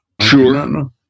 Sure